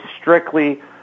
strictly